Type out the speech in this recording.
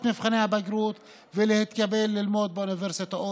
מבחני הבגרות ולהתקבל ללמוד באוניברסיטאות.